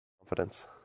Confidence